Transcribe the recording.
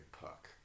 Puck